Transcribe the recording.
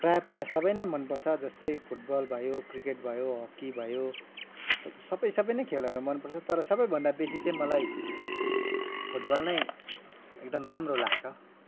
प्राय प्राय सबै नै मन पर्छ जस्तै फुटबल भयो क्रिकेट भयो हकी भयो सबै सबै नै खेलहरू मन पर्छ तर सबैभन्दा बेसी चाहिँ मलाई फुटबल नै एकदम राम्रो लाग्छ